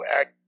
act